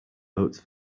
vote